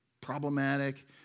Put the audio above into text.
problematic